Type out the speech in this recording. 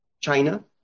China